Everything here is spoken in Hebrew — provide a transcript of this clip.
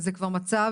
זה כבר מצב,